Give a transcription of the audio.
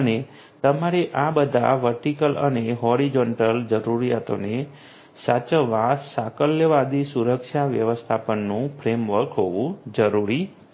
અને તમારે આ બધા વર્ટિકલ અને હોરિઝોન્ટલ જરૂરીયાતોને સાચવવા સાકલ્યવાદી સુરક્ષા વ્યવસ્થાપનનું ફ્રેમવર્ક હોવું જરૂરી છે